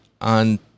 on